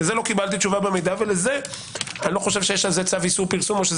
לזה לא קיבלתי תשובה ולזה אני לא חושב שיש צו איסור פרסום או זה